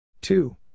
Two